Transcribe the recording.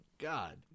God